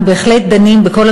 אנחנו בהחלט דנים בכל